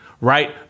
right